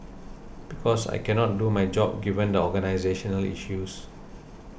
because I cannot do my job given the organisational issues